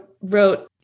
wrote